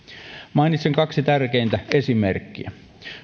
mainitsen kaksi tärkeintä esimerkkiä